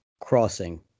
crossing